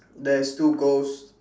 there is two ghost